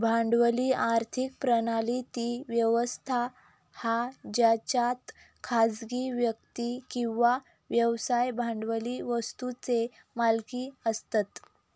भांडवली आर्थिक प्रणाली ती व्यवस्था हा जेच्यात खासगी व्यक्ती किंवा व्यवसाय भांडवली वस्तुंचे मालिक असतत